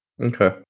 Okay